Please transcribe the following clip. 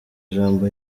ijambo